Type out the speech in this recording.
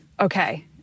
okay